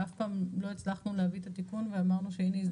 ואף פעם לא הצלחנו להביא את התיקון ואמרנו שהנה יש